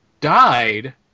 died